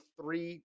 three